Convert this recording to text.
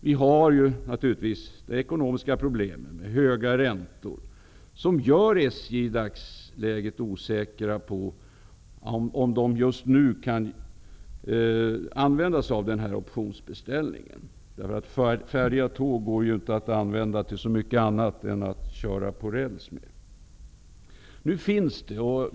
Vidare gör de ekonomiska problemen med höga räntor att SJ i dagsläget är osäkert på om man just nu kan använda sig av optionsrätten. Färdiga tåg går ju inte att använda till så mycket annat än körning på räls.